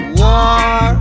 war